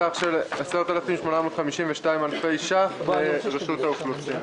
בסך של 10,852 אלפי ש"ח ברשות האוכלוסין.